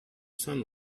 sun